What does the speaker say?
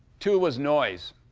two was noise.